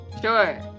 Sure